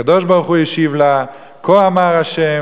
והקדוש-ברוך-הוא השיב לה: "כה אמר ה',